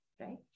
right